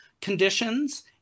conditions